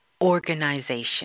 organization